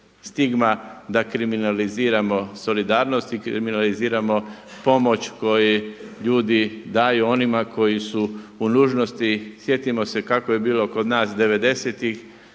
stigma da kriminaliziramo solidarnost i kriminaliziramo pomoć koju ljudi daju onima koji su u nužnosti. Sjetimo se kako je bilo kod nas